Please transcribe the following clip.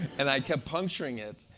and i kept puncturing it.